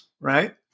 right